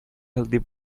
healthy